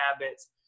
habits